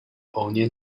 onion